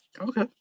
Okay